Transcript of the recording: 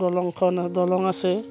দলংখন দলং আছে